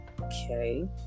okay